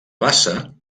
bassa